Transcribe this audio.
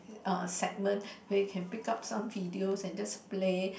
uh segment where you can pick up some videos and just play